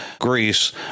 Greece